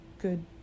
good